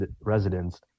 residents